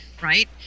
right